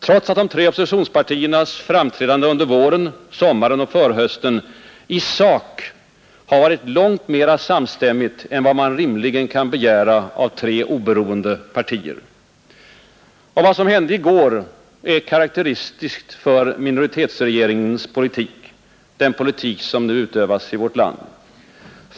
Trots att de tre oppositionspartiernas framträdande under våren, sommaren och förhösten i sak har varit långt mera samstämmigt än vad man rimligen kan begära av tre oberoende partier. Vad som hände i går är karakteristiskt för minoritetsregeringens politik, den politik som utövas i vårt land.